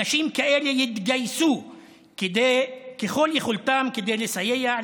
אנשים כאלה יתגייסו ככל יכולתם כדי לסייע,